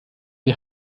die